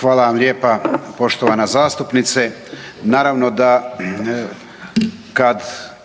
Hvala vam lijepa, poštovana zastupnice. Naravno da kad